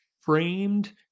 framed